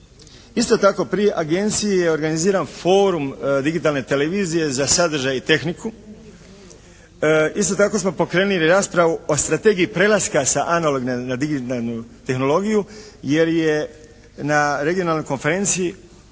Isto tako pri agenciji je organiziran forum digitalne televizije za sadržaj i tehniku. Isto tako smo pokrenuli raspravu o strategiji prelaska sa analogne na digitalnu tehnologiju jer je na regionalnoj konferenciji